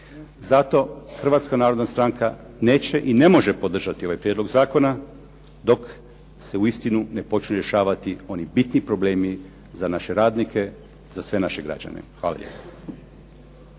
Zato Hrvatska narodna stranka neće i ne može podržati ovaj prijedlog zakona dok se uistinu ne počnu rješavati oni bitni problemi za naše radnike, za sve naše građane. Hvala